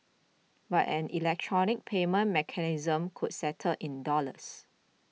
but an electronic payment mechanism could settle in dollars